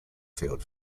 field